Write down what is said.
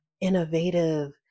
innovative